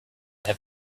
have